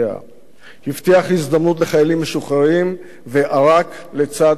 הבטיח הזדמנות לחיילים משוחררים וערק לצד המשתמטים.